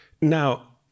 Now